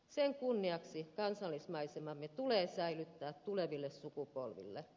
sen kunniaksi kansallismaisemamme tulee säilyttää tuleville sukupolville